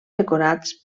decorats